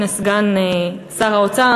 הנה סגן שר האוצר,